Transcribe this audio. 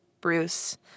Bruce